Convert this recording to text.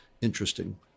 interesting